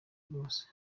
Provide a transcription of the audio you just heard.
rwose